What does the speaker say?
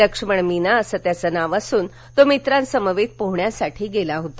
लक्ष्मण मीना असं त्याचं नाव असून तो मित्रांसमवेत पोहोण्यासाठी गेला होता